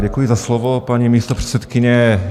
Děkuji za slovo, paní místopředsedkyně.